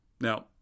Now